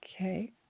Okay